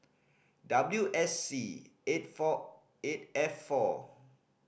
W S C eight four eight F four